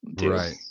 right